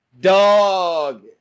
dog